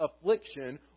affliction